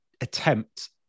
attempt